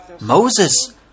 Moses